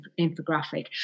infographic